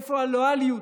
איפה הלויאליות?